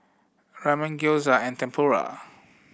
Ramen Gyoza and Tempura